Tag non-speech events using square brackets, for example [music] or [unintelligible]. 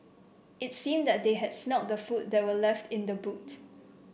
it seemed that they had [unintelligible] the food that were left in the boot